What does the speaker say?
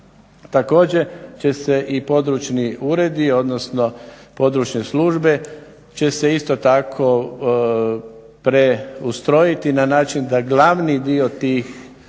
Također će se i područni uredi, odnosno područne službe će se isto tako preustrojiti na način da glavni dio tih službi